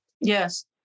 Yes